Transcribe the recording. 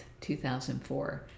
2004